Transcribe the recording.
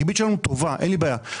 הריבית שלנו טובה, אין לי בעיה.